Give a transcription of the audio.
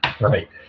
Right